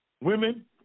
women